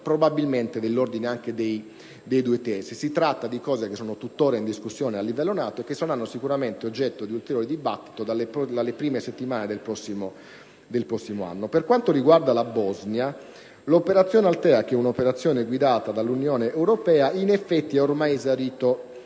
probabilmente dell'ordine dei due terzi. Si tratta di aspetti che sono tuttora in discussione a livello NATO e che saranno sicuramente oggetto di ulteriore dibattito nelle prime settimane del prossimo anno. Per quanto riguarda la Bosnia, l'operazione Althea, guidata dall'Unione europea, in effetti ha ormai esaurito